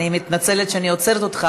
אני מתנצלת שאני עוצרת אותך,